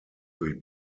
durch